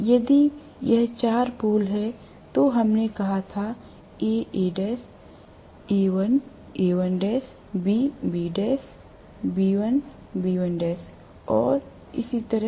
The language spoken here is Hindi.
यदि यह 4 पोल है तो हमने कहाA Al A1 A1l B Bl B1 B1l और इसी तरह